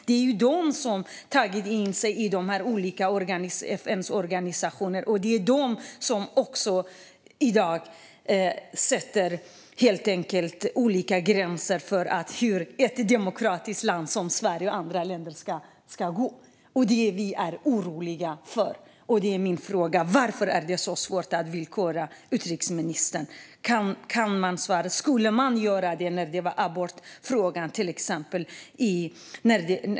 Det är ju de som har tagit sig in i FN:s olika organisationer och som i dag helt enkelt sätter olika gränser för hur ett demokratiskt land som Sverige och andra länder ska agera. Detta oroar oss. Min fråga är därför: Varför är det så svårt att villkora, utrikesministern? Skulle man backa när det gäller till exempel abortfrågan?